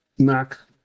Knock